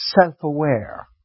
self-aware